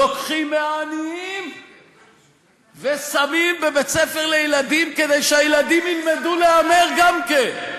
לוקחים מהעניים ושמים בבית-ספר לילדים כדי שהילדים ילמדו להמר גם כן.